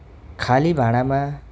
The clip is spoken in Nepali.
खाली भाँडामा